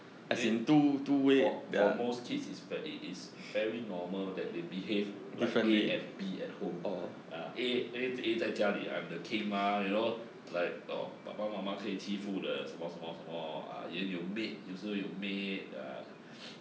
then for for most kids is that it is very normal that they behave like A and B at home ah a a a 在家里 I'm the king mah you know like orh 爸爸妈妈可以欺负的什么什么什么啊也有 maid 又是有 maid ya